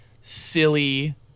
silly